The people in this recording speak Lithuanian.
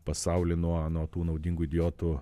pasaulį nuo nuo tų naudingų idiotų